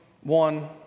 one